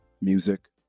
Music